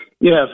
Yes